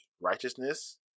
Righteousness